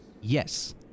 Yes